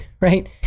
right